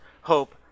hope